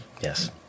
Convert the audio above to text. yes